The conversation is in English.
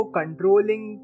controlling